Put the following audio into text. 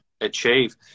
achieve